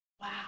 wow